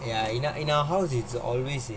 ya in our in our house it's always